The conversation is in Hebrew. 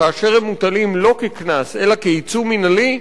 כאשר הם מוטלים לא כקנס אלא כעיצום מינהלי,